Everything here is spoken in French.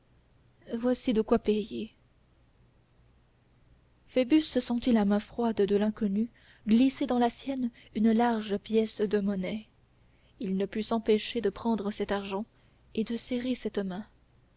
voici de quoi payer phoebus sentit la main froide de l'inconnu glisser dans la sienne une large pièce de monnaie il ne put s'empêcher de prendre cet argent et de serrer cette main